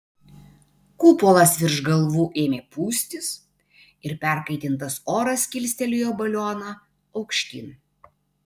kupolas virš galvų ėmė pūstis ir perkaitintas oras kilstelėjo balioną aukštyn